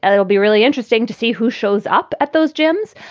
and it'll be really interesting to see who shows up at those gyms.